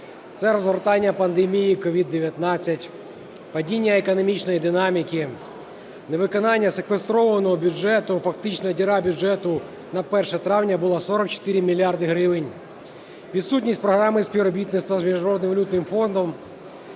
Це розгортання пандемії COVID-19, падіння економічної динаміки, невиконання секвестрованого бюджету, фактично діра бюджету на 1 травня була 44 мільярди гривень, відсутність програми співробітництва з Міжнародним валютним фондом.